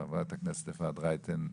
חברת הכנסת אפרת רייטן,